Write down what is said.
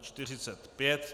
45.